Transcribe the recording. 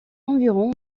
environ